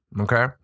Okay